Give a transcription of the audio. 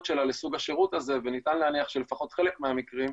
שלה לסוג השירות הזה וניתן להניח שלפחות חלק מהמקרים,